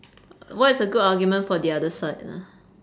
what is a good argument for the other side ah